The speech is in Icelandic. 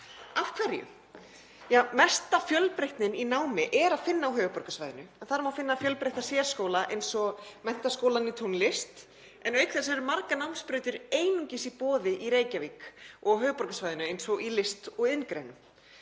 Af hverju? Ja, mestu fjölbreytnina í námi er að finna á höfuðborgarsvæðinu. Þar má finna fjölbreytta sérskóla eins og Menntaskólann í tónlist, en auk þess eru margar námsbrautir einungis í boði í Reykjavík og á höfuðborgarsvæðinu eins og í list- og iðngreinum.